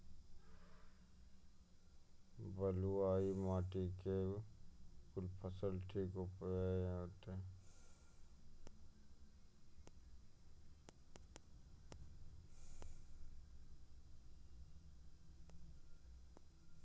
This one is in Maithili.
बलूआही माटि मे कून फसल नीक उपज देतै?